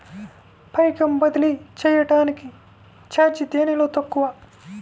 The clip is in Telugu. పైకం బదిలీ చెయ్యటానికి చార్జీ దేనిలో తక్కువ?